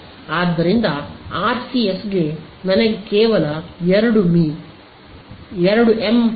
ಆದ್ದರಿಂದ ಆರ್ಸಿಎಸ್ಗೆ ನನಗೆ ಕೇವಲ 2 ಮಿ ಸಾಕು